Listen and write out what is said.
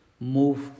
move